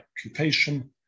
occupation